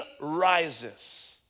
rises